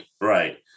right